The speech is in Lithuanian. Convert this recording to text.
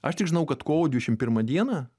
aš tik žinau kad kovo dvidešimt pirmą dieną